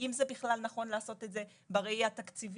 אם זה בכלל נכון לעשות את זה בראייה התקציבית.